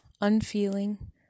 unfeeling